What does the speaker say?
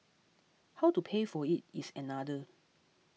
how to pay for it is another